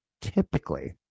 typically